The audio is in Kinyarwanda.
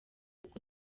uko